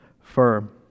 firm